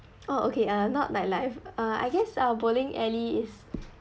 orh okay uh not nightlife uh I guess our bowling alley is